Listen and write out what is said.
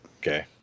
Okay